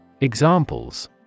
Examples